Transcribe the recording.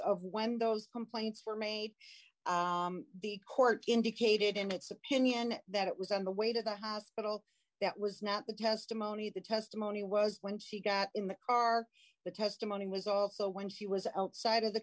of when those complaints were made the court indicated in its opinion that it was on the way to the hospital that was not the testimony the testimony was when she got in the car the testimony was also when she was outside of the